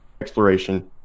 exploration